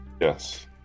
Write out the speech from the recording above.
Yes